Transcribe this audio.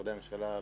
משרדי הממשלה,